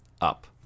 Up